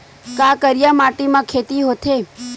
का करिया माटी म खेती होथे?